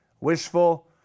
wishful